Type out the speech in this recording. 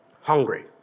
Hungry